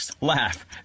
laugh